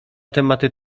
tematy